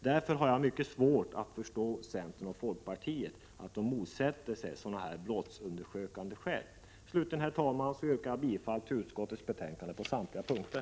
Därför har jag mycket svårt att förstå att centern och folkpartiet motsätter sig sådana brottsundersökande åtgärder. Slutligen, herr talman, yrkar jag bifall till utskottets hemställan på samtliga punkter.